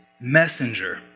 messenger